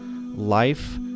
life